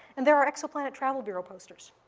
and there are exoplanet travel bureau posters.